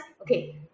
okay